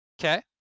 Okay